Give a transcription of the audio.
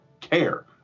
care